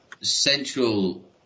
central